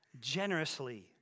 generously